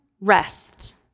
rest